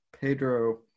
Pedro